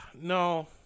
No